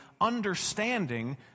understanding